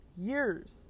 years